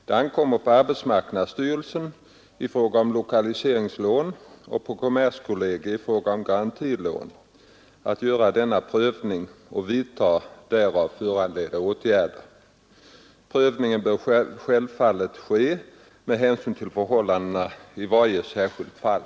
Det ankommer på arbetsmarknadsstyrelsen i fråga om lokaliseringslån och på kommerskollegiet i fråga om garantilån att göra denna prövning och vidta därav föranledda åtgärder. Prövningen bör självfallet ske med hänsyn till förhållandena i varje särskilt fall.